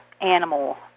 animal